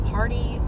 party